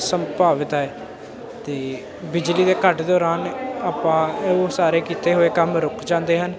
ਸੰਭਾਵਿਤ ਹੈ ਅਤੇ ਬਿਜਲੀ ਦੇ ਕੱਟ ਦੌਰਾਨ ਆਪਾਂ ਉਹ ਸਾਰੇ ਕੀਤੇ ਹੋਏ ਕੰਮ ਰੁਕ ਜਾਂਦੇ ਹਨ